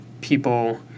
people